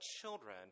children